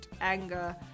anger